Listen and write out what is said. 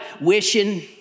wishing